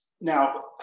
Now